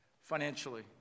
financially